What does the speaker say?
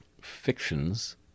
fictions